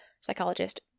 psychologist